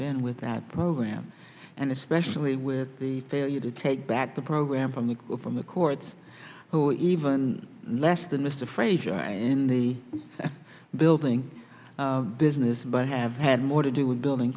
been with that program and especially with the failure to take back the program from the from the courts who even less than mr frazier and the building business but have had more to do with building